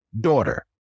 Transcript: daughter